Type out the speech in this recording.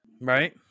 Right